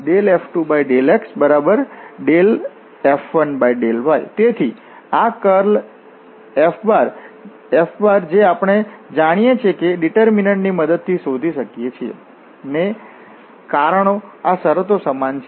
તેથી આ curl F જે આપણે જાણીએ છીએ કે ડીટર્મિનન્ટ ની મદદ થી શોધી શકીએ છીએ ને કારણે આ શરતો સમાન છે